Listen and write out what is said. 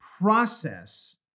process